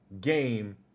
game